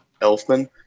Elfman